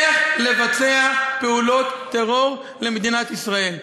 איך לבצע פעולות טרור נגד מדינת ישראל.